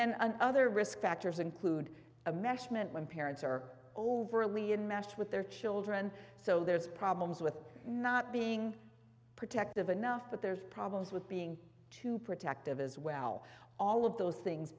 then an other risk factors include a measurement when parents are overly unmatched with their children so there's problems with not being protective enough that there's problems with being too protective as well all of those things